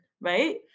right